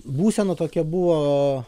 būsena tokia buvo